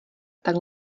tak